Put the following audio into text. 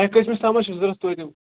تۄہہِ کٔژمِس تامتھ چھُ ضوٚرت توتہِ